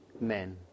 men